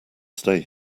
stay